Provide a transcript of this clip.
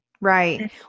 right